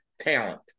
Talent